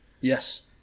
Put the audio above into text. Yes